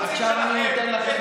עכשיו אני נותן לכם את